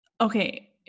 okay